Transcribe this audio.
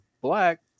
black